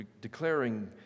declaring